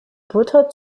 butter